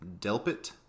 Delpit